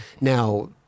Now